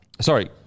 Sorry